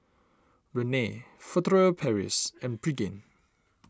Rene Furtere Paris and Pregain